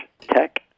tech